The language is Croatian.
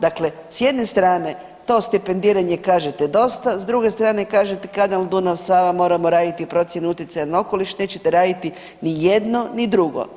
Dakle, s jedne strane to stipendiranje kažete dosta, s druge strane kažete kanal Dunav Sava moramo raditi procjenu utjecaja na okoliš, nećete raditi ni jedno ni drugo.